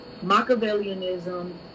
Machiavellianism